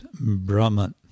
brahman